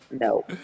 No